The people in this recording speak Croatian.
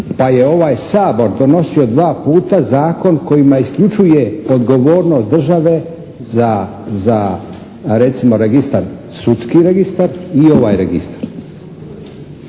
Pa je ovaj Sabor donosio dva puta zakon kojima isključuje odgovornost države za recimo registar, sudski registar i ovaj registar.